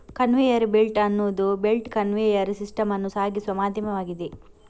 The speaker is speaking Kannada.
ಕನ್ವೇಯರ್ ಬೆಲ್ಟ್ ಎನ್ನುವುದು ಬೆಲ್ಟ್ ಕನ್ವೇಯರ್ ಸಿಸ್ಟಮ್ ಅನ್ನು ಸಾಗಿಸುವ ಮಾಧ್ಯಮವಾಗಿದೆ